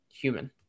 human